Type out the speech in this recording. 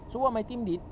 so what my team did